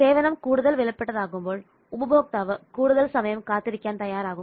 സേവനം കൂടുതൽ വിലപ്പെട്ടത് ആകുമ്പോൾ ഉപഭോക്താവ് കൂടുതൽ സമയം കാത്തിരിക്കാൻ തയ്യാറാകും